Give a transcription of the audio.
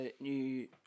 new